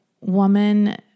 woman